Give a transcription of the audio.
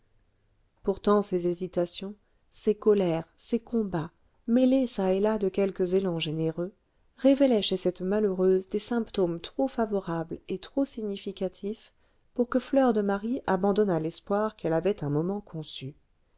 pourtant ces hésitations ces colères ces combats mêlés çà et là de quelques élans généreux révélaient chez cette malheureuse des symptômes trop favorables et trop significatifs pour que fleur de marie abandonnât l'espoir qu'elle avait un moment conçu